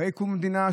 אחרי קום המדינה,